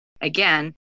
Again